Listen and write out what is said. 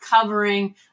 covering